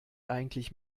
eigentlich